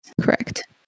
correct